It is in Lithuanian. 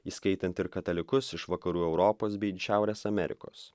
įskaitant ir katalikus iš vakarų europos bei šiaurės amerikos